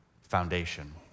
foundation